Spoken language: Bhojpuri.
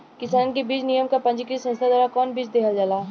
किसानन के बीज निगम या पंजीकृत संस्था द्वारा कवन बीज देहल जाला?